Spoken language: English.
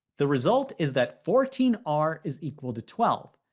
the result is that fourteen r is equal to twelve.